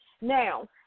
Now